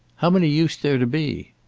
how many used there to be?